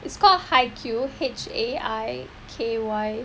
it's called haikyuu H A I K Y U U